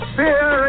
fear